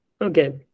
Okay